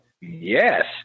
Yes